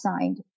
signed